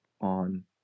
on